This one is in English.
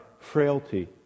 frailty